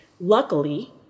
luckily